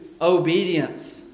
obedience